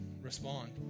respond